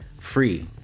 free